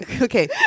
Okay